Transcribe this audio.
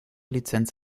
lizenz